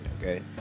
Okay